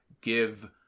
give